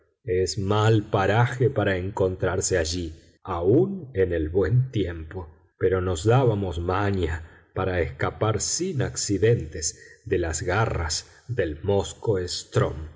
es mal paraje para encontrarse allí aun en el buen tiempo pero nos dábamos maña para escapar sin accidentes de las garras del